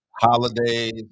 Holidays